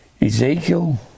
Ezekiel